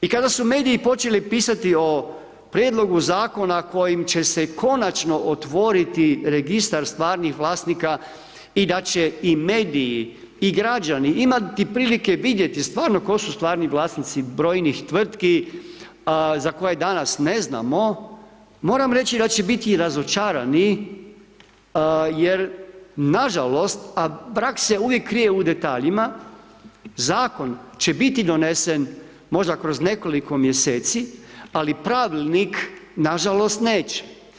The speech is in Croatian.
I kada su meni počeli pisati o prijedlogu zakona, kojim će se konačno otvoriti registar stvarnih vlasnika i da će i mediji i građani, imati prilike vidjeti stvarno tko su stvarni vlasnici brojnih tvrtki za koje danas ne znamo, moram reći da će biti razočarani, jer, nažalost, a praksa se uvijek krije u detaljima, zakon će biti donesen možda kroz nekoliko mjeseci, ali pravilnik, nažalost neće.